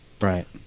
Right